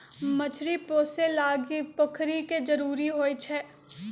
मछरी पोशे लागी पोखरि के जरूरी होइ छै